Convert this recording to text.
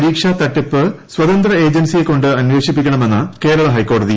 പരീക്ഷാ തട്ടിപ്പ് സ്വതന്ത്ര ഏജൻസിയെകൊ ് അന്വേഷിപ്പിക്കണമെന്ന് കേരള ഹൈക്കോടതി